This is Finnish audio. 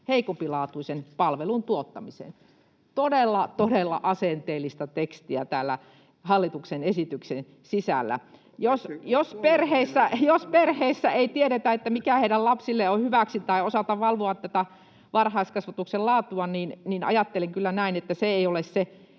heikompilaatuisen palvelun tuottamiseen.” Todella, todella asenteellista tekstiä täällä hallituksen esityksen sisällä. Jos perheissä ei tiedetä, mikä heidän lapsilleen on hyväksi, tai osata valvoa varhaiskasvatuksen laatua, niin ajattelen kyllä näin, että se ei ole se